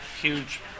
huge